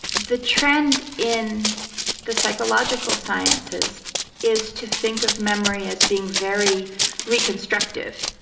the trend in the psychological sciences is to think of memory as being very reconstructive,